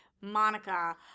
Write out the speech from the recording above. Monica